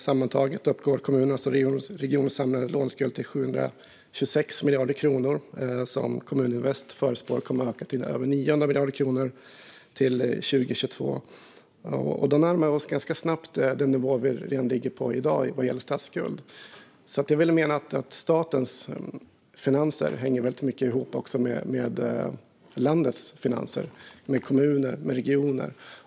Sammantaget uppgår kommunernas och regionernas samlade låneskuld till 726 miljarder, som Kommuninvest förutspår kommer att öka till över 900 miljarder kronor till 2022. Då närmar vi oss ganska snabbt den nivå som statsskulden ligger på i dag. Statens finanser hänger alltså mycket ihop med landets finanser, det vill säga i kommuner och regioner.